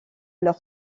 leur